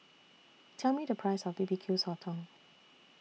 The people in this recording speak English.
Tell Me The Price of B B Q Sotong